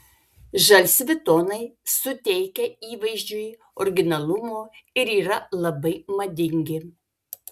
žalsvi tonai suteikia įvaizdžiui originalumo ir yra labai madingi